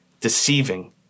deceiving